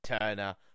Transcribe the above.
Turner